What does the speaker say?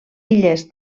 illes